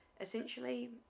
Essentially